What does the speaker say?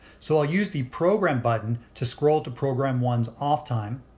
so i'll use the program button to scroll to program one's off time.